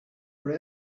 for